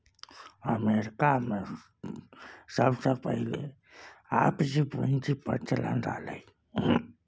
अमरीकामे सबसँ पहिने आपसी पुंजीक प्रचलन रहय